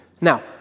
Now